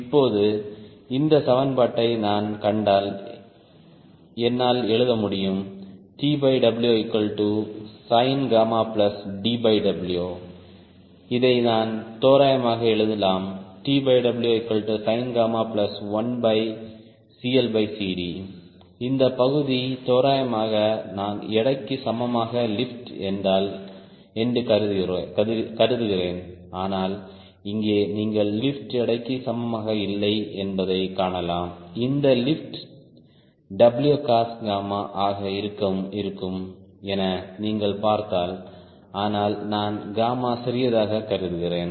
இப்போது இந்த சமன்பாட்டை நான் கண்டால் என்னால் எழுத முடியும் TWsinDW இதை நான் தோராயமாக எழுதலாம் TWsin1CLCD இந்த பகுதி தோராயமாக நான் எடைக்கு சமமாக லிப்ட் என்று கருதுகிறேன் ஆனால் இங்கே நீங்கள் லிப்ட் எடைக்கு சமமாக இல்லை என்பதைக் காணலாம் இந்த லிப்ட் Wcos ஆக இருக்கும் என நீங்கள் பார்த்தால் ஆனால் நான் சிறியதாக கருதுகிறேன்